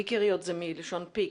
פיקריות זה מלשון פיק.